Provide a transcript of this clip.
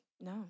no